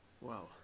Wow